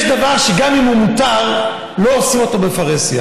יש דבר שגם אם הוא מותר, לא עושים אותו בפרהסיה.